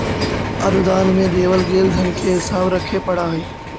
अनुदान में देवल गेल धन के हिसाब रखे पड़ा हई